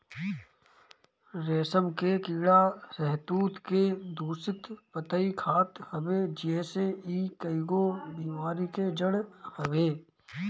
रेशम के कीड़ा शहतूत के दूषित पतइ खात हवे जेसे इ कईगो बेमारी के जड़ हवे